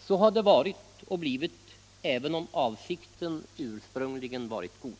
Så har det blivit även om avsikten ursprungligen varit god.